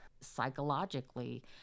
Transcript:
psychologically